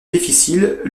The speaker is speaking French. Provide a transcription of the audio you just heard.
difficile